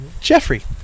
Jeffrey